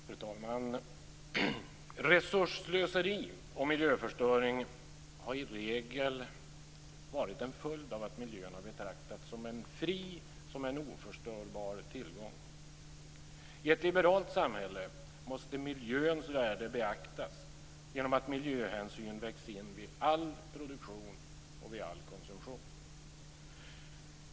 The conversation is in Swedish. Fru talman! Resursslöseri och miljöförstöring har i regel varit en följd av att miljön har betraktats som en fri och oförstörbar tillgång. I ett liberalt samhälle måste miljöns värde beaktas genom att miljöhänsyn vägs in vid all produktion och vid all konsumtion.